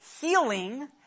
Healing